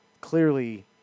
clearly